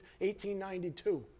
1892